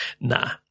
nah